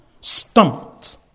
stumped